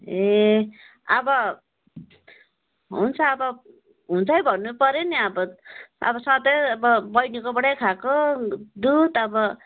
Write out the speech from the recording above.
ए अब हुन्छ अब हुन्छै भन्नुपर्यो नि अब अब सधैँ अब बैनीकोबाटै खाएको दुध अब